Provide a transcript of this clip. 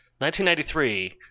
1993